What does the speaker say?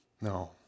No